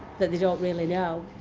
that they don't really know,